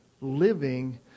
living